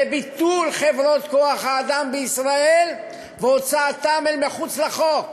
ביטול חברות כוח-אדם בישראל והוצאתן אל מחוץ לחוק.